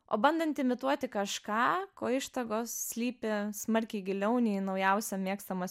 o bandant imituoti kažką ko ištakos slypi smarkiai giliau nei naujausią mėgstamo